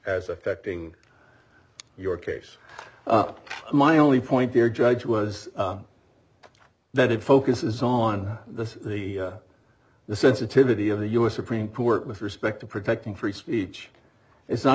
as affecting your case my only point there judge was that it focuses on the the the sensitivity of the u s supreme court with respect to protecting free speech is not